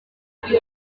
umuntu